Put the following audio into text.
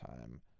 time